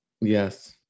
Yes